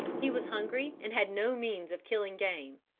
he was hungry and had no means of killing game,